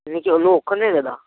నువ్వు ఒక్కనివే కదా